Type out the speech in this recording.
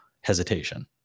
hesitation